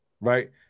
right